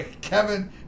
Kevin